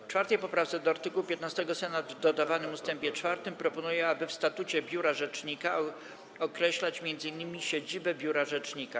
W 4. poprawce do art. 15 Senat w dodawanym ust. 4 proponuje, aby w statucie biura rzecznika określać m.in. siedzibę biura rzecznika.